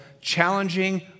challenging